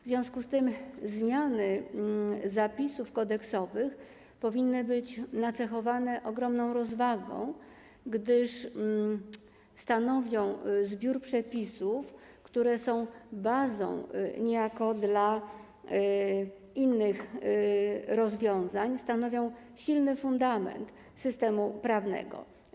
W związku z tym zmiany zapisów kodeksowych powinny być nacechowane ogromną rozwagą, gdyż kodeksy stanowią zbiór przepisów, które są niejako bazą dla innych rozwiązań, stanowią silny fundament systemu prawnego.